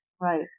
right